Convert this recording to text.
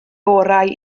orau